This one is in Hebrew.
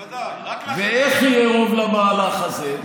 בוודאי, רק לכם, ואיך יהיה רוב למהלך הזה?